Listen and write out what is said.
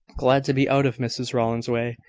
glad to be out of mrs rowland's way,